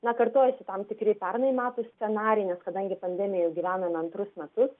na kartojasi tam tikri pernai metų scenarijai nes kadangi pandemijoj jau gyvename antrus metus